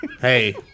Hey